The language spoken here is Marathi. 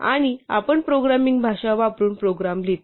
आणि आपण प्रोग्रामिंग भाषा वापरून प्रोग्राम लिहितो